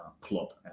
club